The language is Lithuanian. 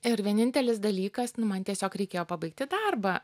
ir vienintelis dalykas man tiesiog reikėjo pabaigti darbą